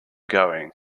going